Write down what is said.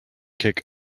kick